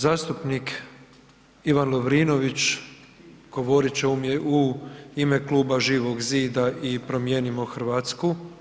Zastupnik Ivan Lovrinović govorit će u ime Kluba Živog zida i Promijenimo Hrvatsku.